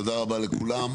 תודה רבה לכולם.